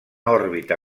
òrbita